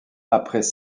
après